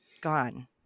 gone